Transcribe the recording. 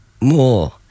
more